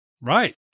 Right